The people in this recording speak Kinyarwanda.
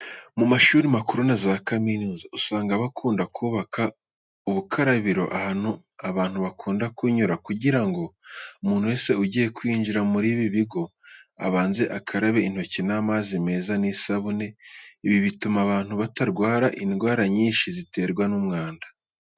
Mu mashuri makuru na za kaminuza usanga bakunda kubaka ubukarabiro ahantu abantu bakunda kunyura kugira ngo umuntu wese ugiye kwinjira muri ibi bigo, abanze akarabe intoki n'amazi meza n'isabune. Ibi bituma abantu batarwara indwara nyinshi ziterwa n'umwanda.